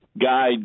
guide